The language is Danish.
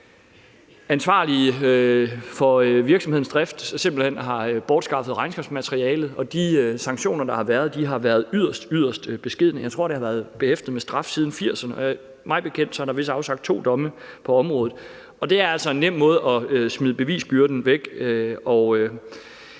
ansvarlige for virksomhedens drift simpelt hen har bortskaffet regnskabsmaterialet, og de sanktioner, der har været, har været yderst, yderst beskedne. Jeg tror, det har været behæftet med straf siden 1980'erne; mig bekendt er der vist afsagt to domme på området. Det er altså en nem måde at smide bevisbyrden væk